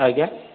ଆଜ୍ଞା